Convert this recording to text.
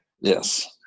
Yes